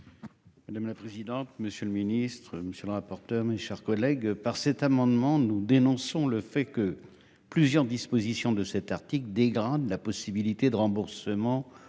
Madame la présidente, monsieur le ministre, monsieur le rapporteur. Mes chers collègues par cet amendement. Nous dénonçons le fait que plusieurs dispositions de cet article des grandes la possibilité de remboursement.